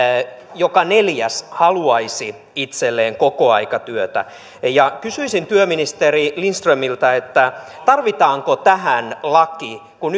joka neljäs haluaisi itselleen kokoaikatyötä kysyisin työministeri lindströmiltä tarvitaanko tähän laki kun